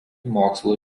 mokslo